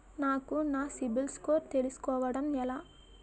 నాకు నా CIBIL score తెలుసుకోవడం ఎలా?